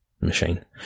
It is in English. machine